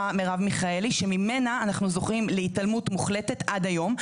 מרב מיכאלי שממנה אנחנו זוכים להתעלמות מוחלטת עד היום,